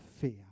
fear